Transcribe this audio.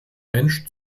mensch